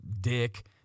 dick